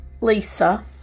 Lisa